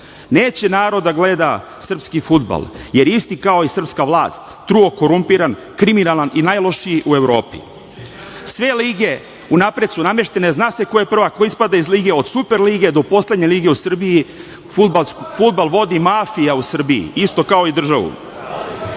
Neće narod da gleda srpski fudbal, jer je isti kao i srpska vlast, truo, korumpiran, kriminalan i najlošiji u Evropi. Sve lige unapred su nameštene, zna se ko je prvak, ko ispada iz lige. Od Superlige do poslednje lige u Srbiji fudbal vodi mafija u Srbiji, isto kao i državu. Srpska